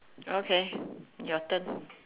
okay your turn